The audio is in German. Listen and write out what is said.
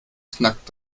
knackt